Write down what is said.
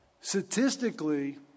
Statistically